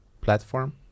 platform